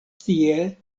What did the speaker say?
tie